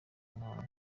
muhango